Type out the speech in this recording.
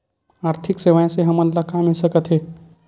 आर्थिक सेवाएं से हमन ला का मिल सकत हे?